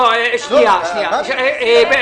העיר חיפה, שצריכה לתת